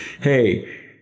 hey